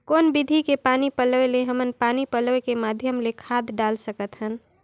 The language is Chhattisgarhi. कौन विधि के पानी पलोय ले हमन पानी पलोय के माध्यम ले खाद डाल सकत हन?